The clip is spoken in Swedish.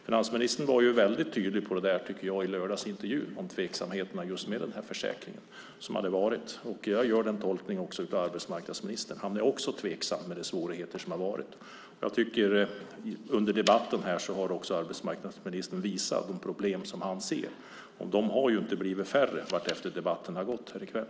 Finansministern var tydlig i fråga om tveksamheterna i försäkringen i lördagsintervjun. Jag tolkar också arbetsmarknadsministern så. Han är också tveksam med tanke på svårigheterna. Under debatten har arbetsmarknadsministern visat vilka problem han ser. De har inte blivit färre under debatten i kväll.